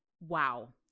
wow